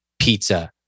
Pizza